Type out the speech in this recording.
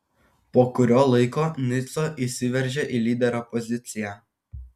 po kurio laiko nico įsiveržė į lyderio poziciją